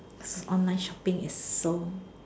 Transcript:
cause online shopping is so